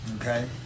Okay